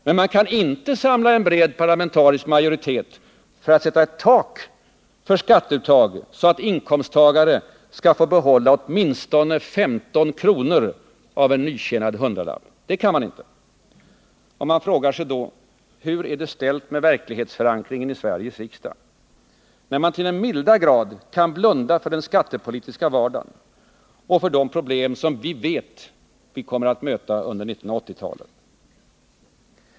Men man kan inte samla en bred parlamentarisk majoritet för att sätta ett tak för skatteuttag så att inkomsttagare skall få behålla åtminstone 15 kr. av en nytjänad hundralapp. Det kan man inte. Man frågar sig då: Hur är det ställt med verklighetsförankringen i Sveriges riksdag, när man så till den milda grad kan blunda för den skattepolitiska vardagen och för de problem som vi vet att vi kommer att möta under 1980-talet?